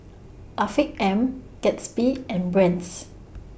Afiq M Gatsby and Brand's